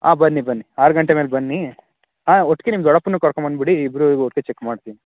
ಹಾಂ ಬನ್ನಿ ಬನ್ನಿ ಆರು ಗಂಟೆ ಮೇಲೆ ಬನ್ನಿ ಹಾಂ ಒಟ್ಟಿಗೆ ನಿಮ್ಮ ದೊಡಪ್ಪನನ್ನೂ ಕರ್ಕೊಂಡ್ಬಂದ್ಬಿಡಿ ಇಬ್ರಿಗೂ ಒಟ್ಟಿಗೆ ಚೆಕ್ ಮಾಡ್ತೀನಿ